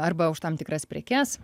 arba už tam tikras prekes